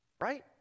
right